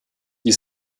die